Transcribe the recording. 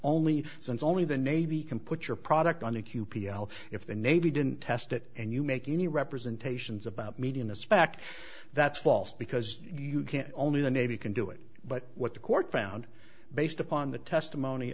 since only the navy can put your product on the queue if the navy didn't test it and you make any representations about median a spec that's false because you can't only the navy can do it but what the court found based upon the testimony